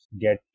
get